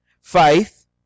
Faith